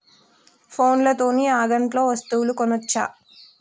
ఫోన్ల తోని అంగట్లో వస్తువులు కొనచ్చా?